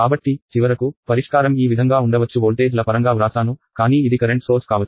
కాబట్టి చివరకు పరిష్కారం ఈ విధంగా ఉండవచ్చు వోల్టేజ్ల పరంగా వ్రాసాను కానీ ఇది కరెంట్ సోర్స్ కావచ్చు